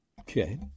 Okay